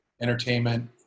entertainment